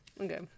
Okay